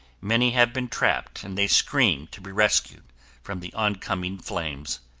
many have been trapped and they scream to be rescued from the oncoming flames.